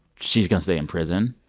she's going to stay in prison.